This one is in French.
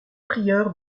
prieur